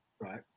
right